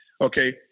Okay